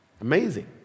Amazing